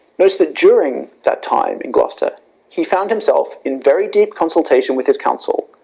was that during that time in gloucester he found himself in very deep consultation with his council,